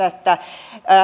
että